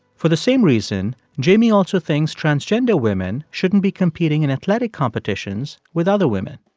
for the same reason, jamie also thinks transgender women shouldn't be competing in athletic competitions with other women